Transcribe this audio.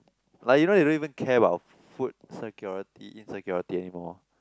like you know you don't even care about food security insecurity anymore